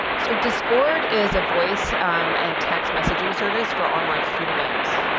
so discord is a voice and text messaging service for online computer games.